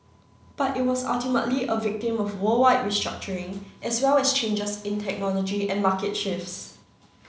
but it was ultimately a victim of worldwide restructuring as well as changes in technology and market shifts